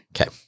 Okay